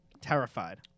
Terrified